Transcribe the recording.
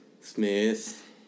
Smith